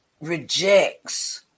rejects